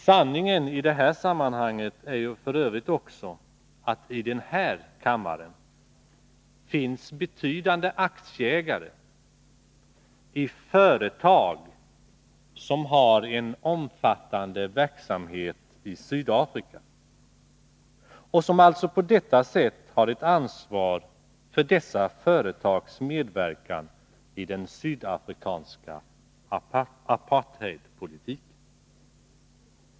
Sanningen i detta sammanhang är f. ö. också att i den här kammaren finns betydande aktieägare i företag som har en omfattande verksamhet i Sydafrika och som alltså på det sättet har ett ansvar för dessa företags medverkan i den sydafrikanska apartheidpolitiken.